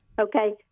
Okay